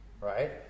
right